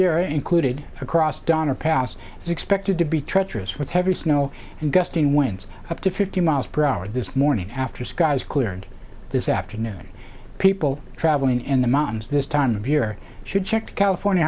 year included across donner pass is expected to be treacherous with heavy snow and gusting winds up to fifty miles per hour this morning after skies cleared this afternoon people traveling in the mountains this time of year should check the california